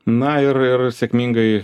na ir ir sėkmingai